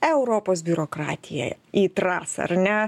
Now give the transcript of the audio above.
europos biurokratija į trasą ar ne